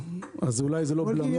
גיל,